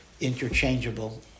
interchangeable